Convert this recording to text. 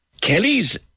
Kelly's